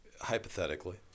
hypothetically